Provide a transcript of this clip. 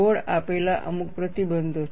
code આપેલા અમુક પ્રતિબંધો છે